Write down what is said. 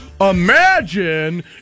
Imagine